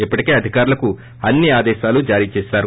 ఇప్పటికే అధికారులకు అన్ని ఆదేశాలు జారీ చేశారు